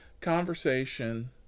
Conversation